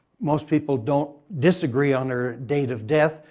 most people don't disagree on her date of death,